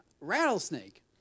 rattlesnake